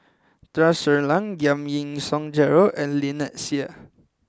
Tun Sri Lanang Giam Yean Song Gerald and Lynnette Seah